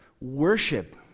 Worship